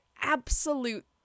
absolute